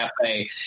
Cafe